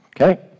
okay